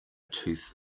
tooth